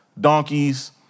donkeys